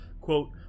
quote